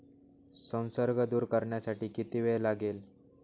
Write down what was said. संसर्ग दूर करण्यासाठी किती वेळ लागेल?